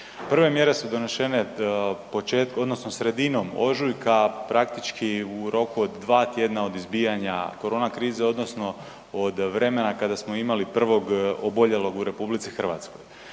početkom odnosno sredinom ožujka praktički u roku od 2 tjedna od izbijanja korona krize odnosno od vremena kada smo imali prvog oboljelog u RH. Išli smo